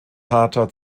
harter